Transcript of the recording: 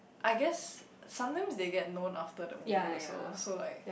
I guess sometimes they gain known after the movie also so like